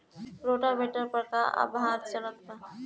Rotavator पर का offer चलता?